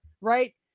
Right